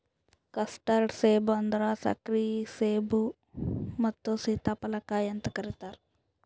custard ಸೇಬ ಅಂದುರ್ ಸಕ್ಕರೆ ಸೇಬು ಮತ್ತ ಸೀತಾಫಲ ಕಾಯಿ ಅಂತ್ ಕರಿತಾರ್